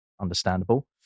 understandable